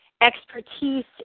expertise